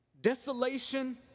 desolation